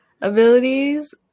abilities